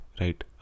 Right